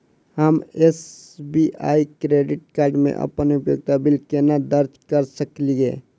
हम SBI credit card मे अप्पन उपयोगिता बिल केना दर्ज करऽ सकलिये?